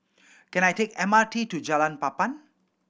can I take M R T to Jalan Papan